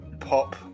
pop